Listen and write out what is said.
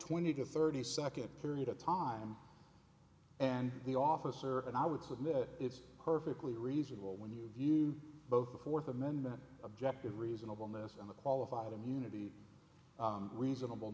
twenty to thirty second period of time and the officer and i would submit it's perfectly reasonable when you view both the fourth amendment objective reasonableness and the qualified immunity reasonable